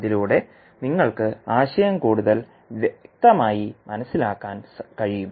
അതിലൂടെ നിങ്ങൾക്ക് ആശയം കൂടുതൽ വ്യക്തമായി മനസ്സിലാക്കാൻ കഴിയും